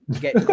get